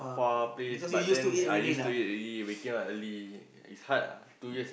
far place but then I used to it already waking up early it's hard ah two years